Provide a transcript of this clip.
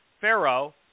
pharaoh